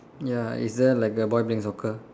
ya is there like a boy playing soccer